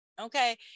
okay